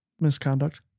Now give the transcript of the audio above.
misconduct